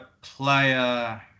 player